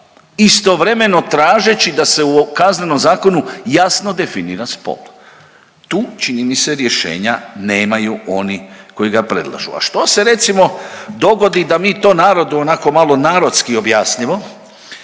istovremeno tražeći da se u Kaznenom zakonu jasno definira spol. Tu čini mi se rješenja nemaju oni koji ga predlažu. A što se recimo dogodi da mi to narodu onako malo narodski objasnimo.